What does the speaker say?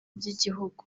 by’igihugu